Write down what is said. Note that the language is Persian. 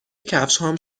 کفشهام